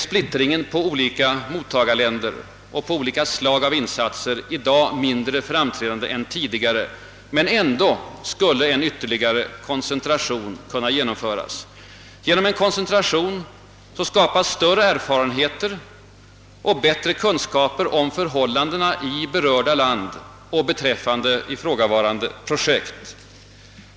Splittringen på olika mottagarländer och olika slags insatser är visserligen i dag mindre framträdande än tidigare, men en ytterligare koncentration skulle ändock:kunna genomföras. Genom koncentration skapas större erfarenheter och bättre kunskaper om förhållandena i berörda land och om ifrågavarande projekt.